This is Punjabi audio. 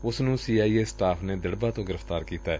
ਉਸ ਨੂੰ ਸੀ ਆਈ ਏ ਸਟਾਫ਼ ਨੇ ਦਿੜਬਾ ਤੋਂ ਗ੍ਰਿਫ਼ਤਾਰ ਕੀਤੈ